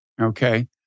Okay